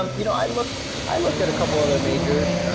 um you know i looked i looked at a couple of other majors,